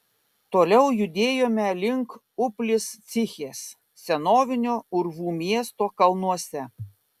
toliau judėjome link upliscichės senovinio urvų miesto kalnuose